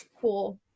cool